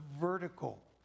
vertical